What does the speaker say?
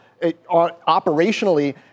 operationally